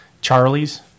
Charlie's